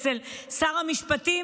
אצל שר המשפטים,